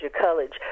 College